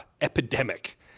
epidemic